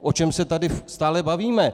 O čem se tady stále bavíme?